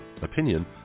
opinion